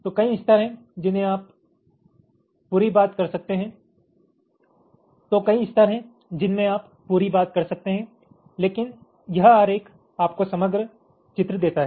तो कई स्तर हैं जिनमें आप पूरी बात कर सकते हैं लेकिन यह आरेख आपको समग्र चित्र देता है